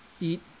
eat